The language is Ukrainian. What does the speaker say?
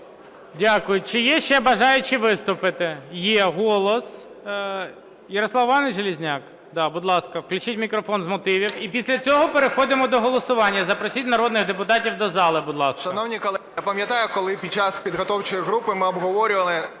я пам'ятаю, коли під час підготовчої групи ми обговорювали,